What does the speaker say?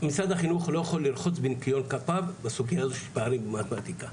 משרד החינוך לא יכול לרחוץ בניקיון כפיו בסוגיה הזו של פערים במתמטיקה,